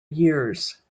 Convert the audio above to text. years